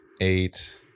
Eight